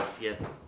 Yes